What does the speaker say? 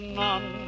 none